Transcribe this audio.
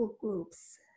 groups